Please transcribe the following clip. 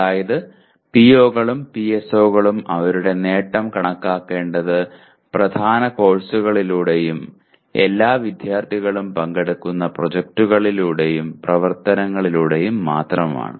അതായത് പിഒകളും പിഎസ്ഒകളും അവരുടെ നേട്ടം കണക്കാക്കേണ്ടത് പ്രധാന കോഴ്സുകളിലൂടെയും എല്ലാ വിദ്യാർത്ഥികളും പങ്കെടുക്കുന്ന പ്രോജക്ടുകളിലൂടെയും പ്രവർത്തനങ്ങളിലൂടെയും മാത്രമാണ്